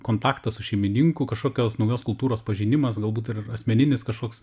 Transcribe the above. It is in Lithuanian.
kontaktas su šeimininku kažkokios naujos kultūros pažinimas galbūt ir asmeninis kažkoks